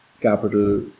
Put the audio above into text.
capital